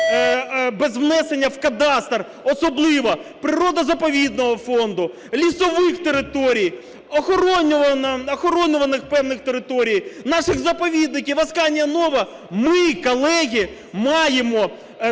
без внесення в кадастр особливо природо-заповідного фонду, лісових територій, охоронюваних певних територій, наших заповідників, "Асканія-Нова", ми, колеги, маємо